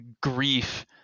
grief